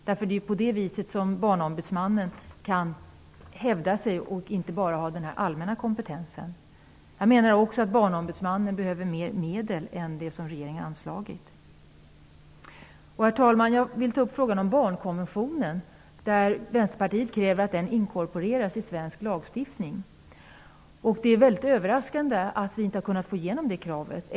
Det är på det viset som Barnombudsmannen kan hävda sig och inte bara ha en allmän kompetens. Jag menar också att Barnombudsmannen behöver mer medel än det som regeringen har anslagit. Herr talman! Jag vill ta upp frågan om barnkonventionen. Vänsterpartiet kräver att den inkorporeras i svensk lagstiftning. Det är mycket överraskande att vi inte har kunnat få igenom det kravet.